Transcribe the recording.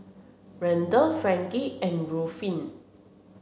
Randel Frankie and Ruffin